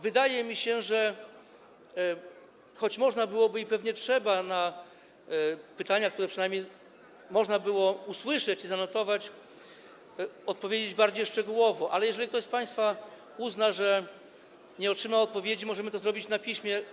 Wydaje mi się, że można byłoby - i pewnie trzeba - na pytania, które przynajmniej można było usłyszeć i zanotować, odpowiedzieć bardziej szczegółowo, ale jeżeli ktoś z państwa uzna, że nie otrzymał odpowiedzi, to możemy to zrobić na piśmie.